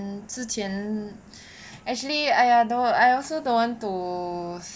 mm 之前 actually !aiya! I also don't want to